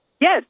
yes